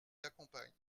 l’accompagne